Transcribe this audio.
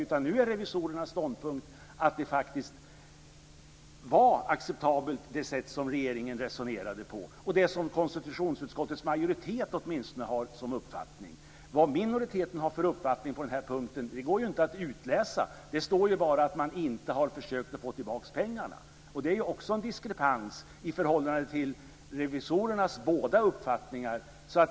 Nu är i stället revisorernas ståndpunkt att det sätt som regeringen resonerade på faktiskt var acceptabelt. Det är ju också det som åtminstone konstitutionsutskottets majoritet har som uppfattning. Vad minoriteten har för uppfattning på den här punkten går inte att utläsa. Det står bara att man inte har försökt få tillbaka pengarna. Det är ju också en diskrepans i förhållande till revisorernas båda uppfattningar.